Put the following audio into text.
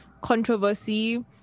controversy